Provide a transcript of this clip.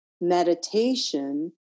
meditation